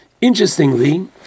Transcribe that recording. Interestingly